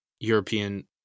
European